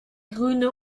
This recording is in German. grüne